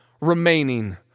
remaining